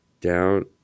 down